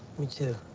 me, too.